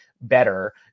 better